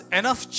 enough